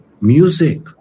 music